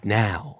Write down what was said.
now